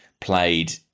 played